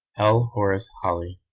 l. horace holly.